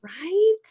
Right